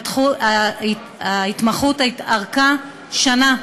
וההתמחות ארכה שנה,